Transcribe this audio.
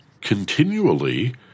continually